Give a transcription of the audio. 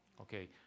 Okay